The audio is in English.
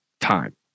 time